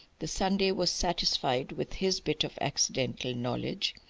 the sunday was satisfied with his bit of accidental knowledge.